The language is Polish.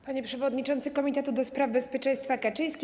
Panie Przewodniczący Komitetu ds. Bezpieczeństwa Kaczyński!